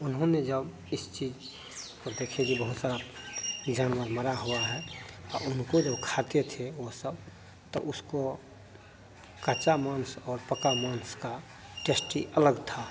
उन्होंने जब इस चीज़ को देखे कि बहुत सारे जानवर मरे हुए हैं तो उनको जो खाते थे वे सब तो उसको कचा मांस और पका मांस का टेस्ट ही अलग था